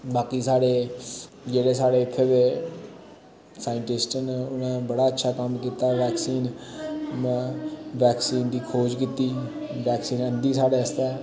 बाकी साढ़े जेह्ड़े साढ़े इत्थे दे साइंटिस्ट न उनें बड़ा अच्छा कम्म कीत्ता वैक्सीन दा वैक्सीन दी खोज कीत्ति वैक्सीन आंदी साढ़े आस्तै